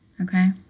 Okay